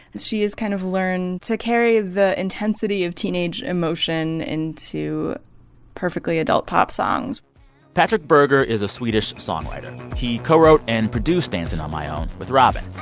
she has kind of learned to carry the intensity of teenage emotion into perfectly adult pop songs patrik berger is a swedish songwriter. he co-wrote and produced dancing on my own with robyn.